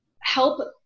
help